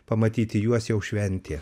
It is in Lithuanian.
pamatyti juos jau šventė